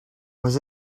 was